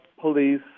police